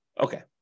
Okay